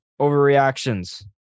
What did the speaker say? overreactions